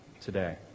today